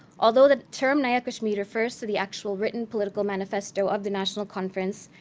although the term, naya kashmir, refers to the actual written political manifesto of the national conference,